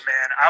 Man